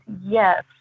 yes